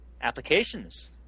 Applications